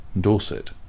Dorset